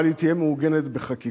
אבל היא תהיה מעוגנת בחקיקה,